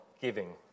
giving